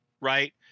right